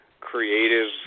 creative